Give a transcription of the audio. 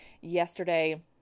yesterday